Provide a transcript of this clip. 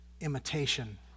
imitation